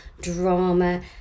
drama